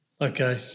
okay